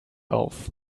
auf